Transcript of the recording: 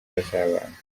bazabana